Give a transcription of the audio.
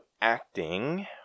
acting